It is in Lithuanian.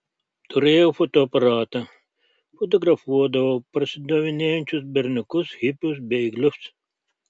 turėjau fotoaparatą fotografuodavau parsidavinėjančius berniukus hipius bėglius